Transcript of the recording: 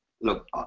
look